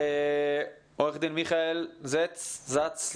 עורך דין מיכאל זץ,